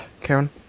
Karen